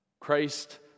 Christ